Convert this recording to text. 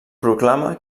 proclama